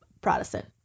Protestant